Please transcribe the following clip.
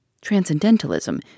Transcendentalism